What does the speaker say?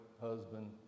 husband